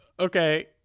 Okay